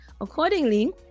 Accordingly